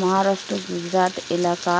মহারাষ্ট্র, গুজরাট এলাকা